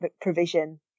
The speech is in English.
provision